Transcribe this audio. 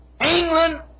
England